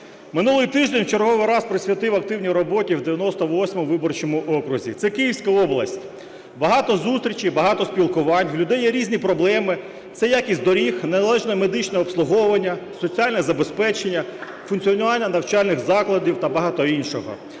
Минулий тиждень в черговий раз присвятив активній роботі в 98 виборчому окрузі (це Київська область). Багато зустрічей, багато спілкувань, в людей є різні проблеми - це якість доріг, неналежне медичне обслуговування, соціальне забезпечення, функціонування навчальних закладів та багато іншого.